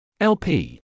LP